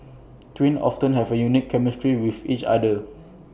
twins often have A unique chemistry with each other